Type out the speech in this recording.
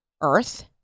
earth